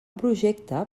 projecte